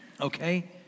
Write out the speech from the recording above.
okay